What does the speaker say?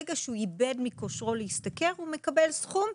ברגע שהוא איבד מכושרו להשתכר הוא מקבל סכום,